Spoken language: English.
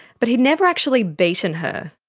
but he'd never actually beaten her.